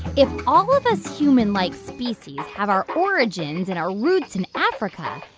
if all of us humanlike species have our origins and our roots in africa,